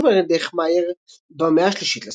שוב על ידי חמיר במאה ה-3 לספירה.